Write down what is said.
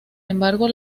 embargo